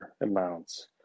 amounts